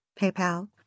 PayPal